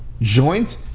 joint